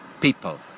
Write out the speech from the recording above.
people